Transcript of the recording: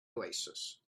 oasis